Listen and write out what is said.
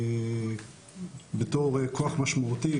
בתור כוח משמעותי,